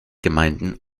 gemeinden